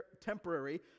temporary